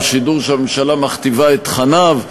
או שידור שהממשלה מכתיבה את תכניו.